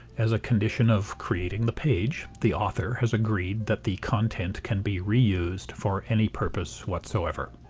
as a condition of creating the page the author has agreed that the content can be reused for any purpose whatsoever.